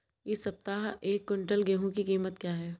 इस सप्ताह एक क्विंटल गेहूँ की कीमत क्या है?